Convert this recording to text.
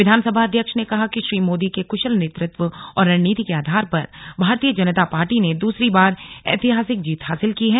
विधानसभा अध्यक्ष ने कहा कि श्री मोदी के कुशल नेतृत्व और रणनीति के आधार पर भारतीय जनता पार्टी ने दूसरी बार ऐतिहासिक जीत हासिल की है